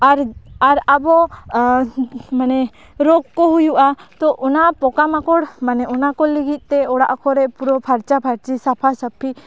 ᱟᱨ ᱟᱨ ᱟᱵᱚ ᱢᱟᱱᱮ ᱨᱳᱜᱽ ᱠᱚ ᱦᱩᱭᱩᱜᱼᱟ ᱛᱚ ᱚᱱᱟ ᱯᱚᱠᱟ ᱢᱟᱠᱚᱲ ᱢᱟᱱᱮ ᱚᱱᱟ ᱠᱚ ᱞᱟᱹᱜᱤᱫ ᱛᱮ ᱚᱲᱟᱜ ᱠᱚᱨᱮ ᱯᱩᱨᱟᱹ ᱯᱷᱟᱨᱪᱟ ᱯᱷᱟᱨᱪᱤ ᱥᱟᱯᱷᱟᱥᱟᱯᱷᱤ